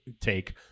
take